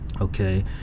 Okay